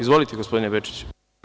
Izvolite, gospodine Bečiću.